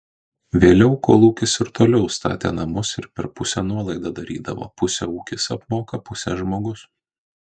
vėliau kolūkis ir toliau statė namus ir per pusę nuolaidą darydavo pusę ūkis apmoka pusę žmogus